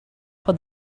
for